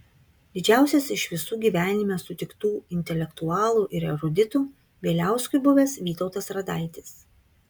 didžiausias iš visų gyvenime sutiktų intelektualų ir eruditų bieliauskui buvęs vytautas radaitis